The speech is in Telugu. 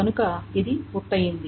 కనుక ఇది పూర్తయింది